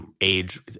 age